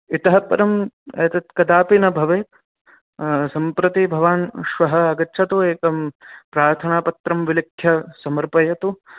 इतः परं एतत् कदापि न भवेत् सम्प्रति भवान् श्वः आगच्छतु एकं प्रार्थनापत्रं विलिख्य समर्पयतु